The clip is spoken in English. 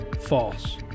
False